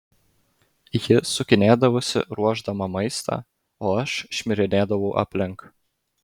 ji sukinėdavosi ruošdama maistą o aš šmirinėdavau aplink